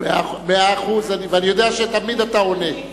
מאה אחוז, ואני יודע שאתה תמיד עונה.